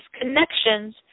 connections